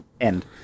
End